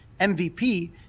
MVP